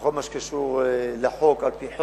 בכל מה שקשור לחוק על-פי חוק,